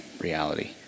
reality